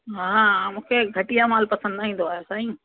हा मूंखे घटिया माल पसंदि न ईंदो आहे साईं